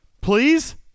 Please